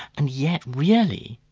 and yet really,